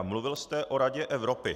Mluvil jste o Radě Evropy.